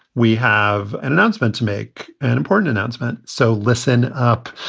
we have an announcement to make an important announcement. so listen up.